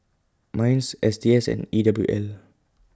Minds S T S and E W L